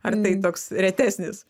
ar tai toks retesnis